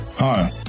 Hi